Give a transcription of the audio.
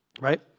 right